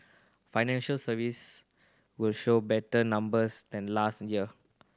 financial service will show better numbers than last year